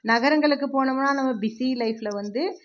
நகரங்களுக்கு போனமனால் நம்ம பிஸி லைஃப்பில் வந்து